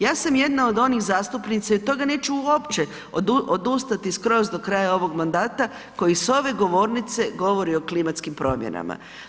Ja sam jedna od onih zastupnica i od toga neću uopće odustati skroz do kraja ovog mandata koji s ove govornice govori o klimatskim promjenama.